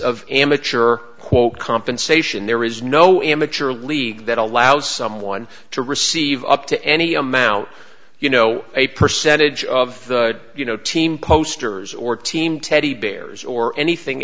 of amateur quote compensation there is no amateur league that allows someone to receive up to any amount you know a percentage of you know team posters or team teddy bears or anything